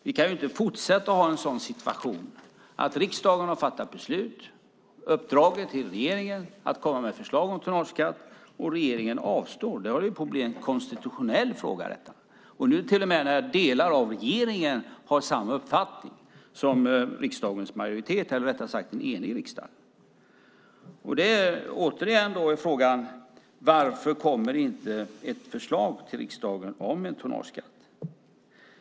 Vi kan inte ha en situation där riksdagen har fattat ett beslut och uppdragit åt regeringen att komma med ett förslag om tonnageskatt - och regeringen avstår! Detta håller på att bli en konstitutionell fråga. När nu till och med delar av regeringen har samma uppfattning som en enig riksdag är frågan återigen: Varför kommer det inte ett förslag till riksdagen om en tonnageskatt?